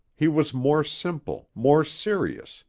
he was more simple, more serious,